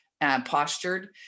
postured